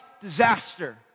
disaster